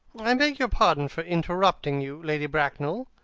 i beg your pardon for interrupting you, lady bracknell,